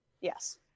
Yes